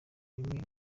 bimwe